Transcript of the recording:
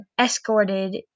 escorted